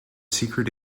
secret